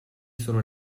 sono